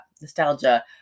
nostalgia